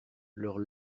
leurs